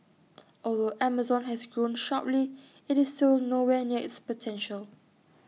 although Amazon has grown sharply IT is still nowhere near its potential